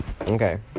Okay